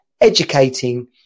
educating